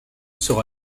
sera